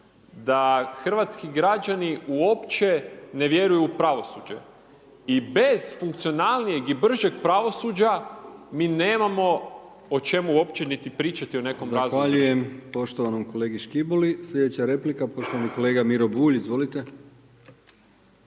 da hrvatski građani uopće ne vjeruju u pravosuđe. I bez funkcionalnijeg i bržeg pravosuđa mi nemamo o čemu uopće niti pričati o nekom .../Govornik se ne razumije./... **Brkić, Milijan (HDZ)** Zahvaljujem poštovanom kolegi Škiboli. Sljedeća replika poštovani kolega Miro Bulj. Izvolite.